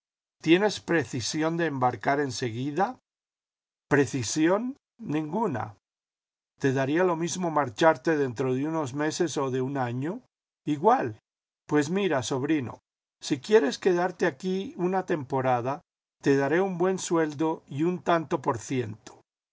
tienes precisión de embarcar en seguida precisión ninguna te daría lo mismo marcharte dentro de unos meses o de un año igual pues mira sobrino si quieres quedarte aquí una temporada te daré un buen sueldo y un tanto por ciento